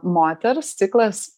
moters ciklas